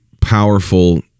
powerful